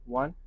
one